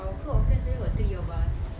oh okay lah easier